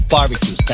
Barbecue